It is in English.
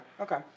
okay